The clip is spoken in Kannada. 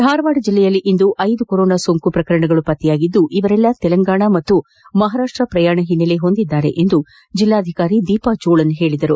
ಧಾರವಾಡ ಜಿಲ್ಲೆಯಲ್ಲಿ ಇಂದು ಐದು ಕೊರೋನಾ ಸೋಂಕು ಪ್ರಕರಣಗಳು ಪತ್ತೆಯಾಗಿದ್ದು ಇಮೆಲ್ಲ ತೆಲಂಗಾಣ ಹಾಗೂ ಮಹಾರಾಷ್ಟ ಪ್ರಯಾಣ ಓನ್ನೆಲೆ ಹೊಂದಿದ್ದಾರೆ ಎಂದು ಜಿಲ್ಲಾಧಿಕಾರಿ ದೀಪಾ ಚೋಳನ್ ತಿಳಿಸಿದ್ದಾರೆ